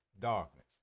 darkness